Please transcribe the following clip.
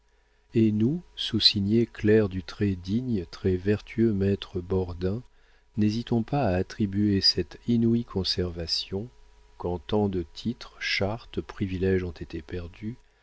et nous soussignés clercs du très digne très vertueux maître bordin n'hésitons pas à attribuer cette inouïe conservation quand tant de titres chartes priviléges ont été perdus